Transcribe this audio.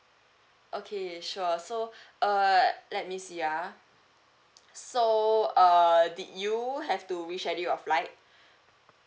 okay sure so err let me see ah so err did you have to reschedule your flight